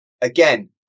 again